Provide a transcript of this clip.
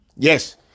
Yes